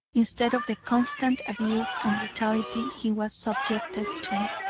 instead of the constant abuse and brutality he was subjected to.